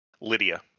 Lydia